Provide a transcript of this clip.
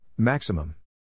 Maximum